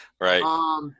Right